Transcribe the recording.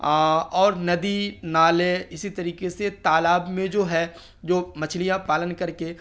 اور ندی نالے اسی طریقے سے تالاب میں جو ہے جو مچھلیاں پالن کر کے